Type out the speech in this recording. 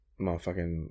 motherfucking